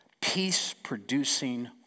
peace-producing